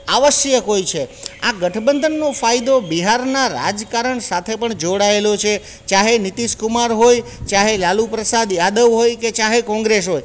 આવશ્યક હોય છે આ ગઠ બંધનનો ફાયદો બિહારના રાજકારણ સાથે પણ જોડાએલો છે ચાહે નીતિશ કુમાર હોય ચાહે લાલુ પ્રસાદ યાદવ હોય કે ચાહે કોંગ્રેસ હોય